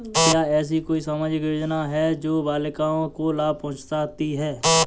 क्या ऐसी कोई सामाजिक योजनाएँ हैं जो बालिकाओं को लाभ पहुँचाती हैं?